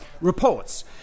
reports